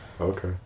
okay